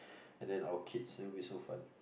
and then our kids it would be so fun